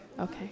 Okay